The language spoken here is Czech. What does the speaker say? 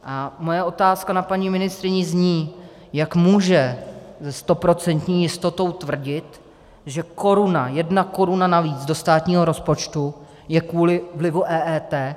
A moje otázka na paní ministryni zní: Jak může se stoprocentní jistotou tvrdit, že koruna, jedna koruna navíc do státního rozpočtu je kvůli vlivu EET?